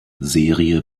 serie